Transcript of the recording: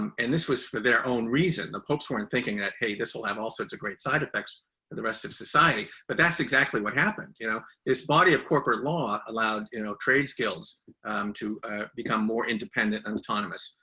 um and this was for their own reason. the popes weren't thinking that, hey, this will have all sorts of great side effects for the rest of society, but that's exactly what happened. you know, this body of corporate law allowed, you know, trades deals to become more independent and autonomous.